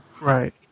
Right